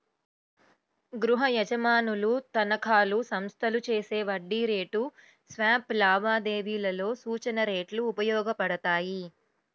గృహయజమానుల తనఖాలు, సంస్థలు చేసే వడ్డీ రేటు స్వాప్ లావాదేవీలలో సూచన రేట్లు ఉపయోగపడతాయి